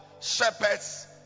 shepherds